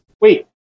Wait